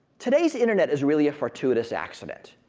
today's internet is really a fortuitous accident.